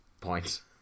point